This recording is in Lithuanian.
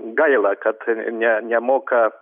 gaila kad ne nemoka